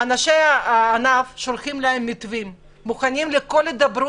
אנשי הענף שולחים להם מתווים והם מוכנים לכל הידברות.